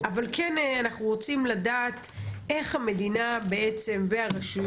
אבל כן אנחנו רוצים לדעת איך המדינה והרשויות